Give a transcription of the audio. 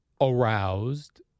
aroused